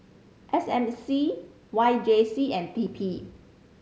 S M C Y J C and T P